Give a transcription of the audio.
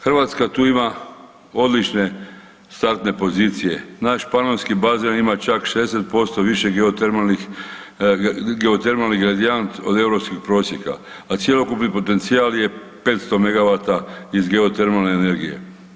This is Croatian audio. Hrvatska tu ima odlične startne pozicije, naš panonski bazen ima čak 60% više geotermalni gradijent od europskih prosjeka, a cjelokupni potencijal je 500 megavata iz geotermalne energije.